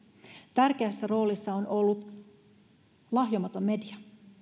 tärkeässä roolissa on ollut lahjomaton media